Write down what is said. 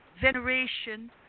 veneration